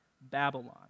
Babylon